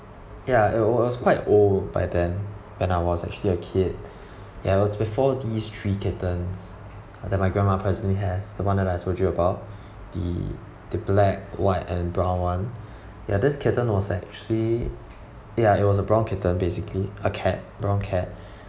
ya it wa~ was quite old by then when I was actually a kid ya was before these three kittens uh that my grandma presently has the one that I told you about the the black white and brown one ya this kitten was actually ya it was a brown kitten basically a cat brown cat